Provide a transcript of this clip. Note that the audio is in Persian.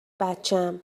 بچم